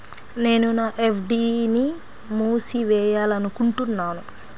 నేను నా ఎఫ్.డీ ని మూసివేయాలనుకుంటున్నాను